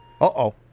Uh-oh